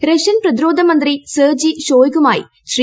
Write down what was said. Russian പ്രതിരോധമന്ത്രി Sergei ഷൊയ്ഗുമായി ശ്രീ